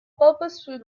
purposeful